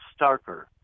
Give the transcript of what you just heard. Starker